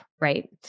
right